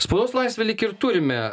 spaudos laisvę lyg ir turime